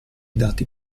dati